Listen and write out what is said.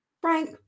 Frank